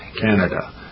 Canada